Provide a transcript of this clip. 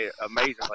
amazingly